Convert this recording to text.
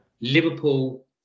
Liverpool